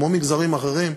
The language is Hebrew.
כמו מגזרים אחרים,